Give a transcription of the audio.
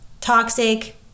toxic